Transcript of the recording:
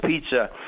pizza